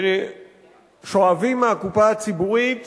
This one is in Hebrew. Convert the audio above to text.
ושואבים מהקופה הציבורית